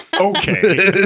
Okay